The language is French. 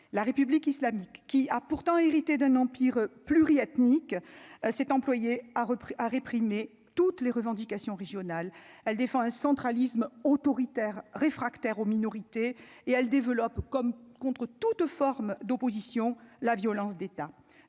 la République islamique qui a pourtant hérité d'un empire pluriethnique, cet employé a repris à réprimer toutes les revendications régionales, elle défend un centralisme autoritaire réfractaire aux minorités et elle développe comme contre toute forme d'opposition, la violence d'État